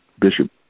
Bishop